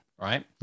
right